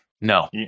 No